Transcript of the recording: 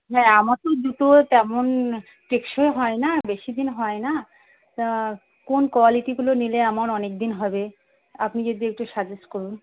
হ্যাঁ আমার তো জুতো তেমন টেকসই হয় না বেশি দিন হয় না তা কোন কোয়ালিটিগুলো নিলে আমার অনেক দিন হবে আপনি যদি একটু সাজেস্ট করুন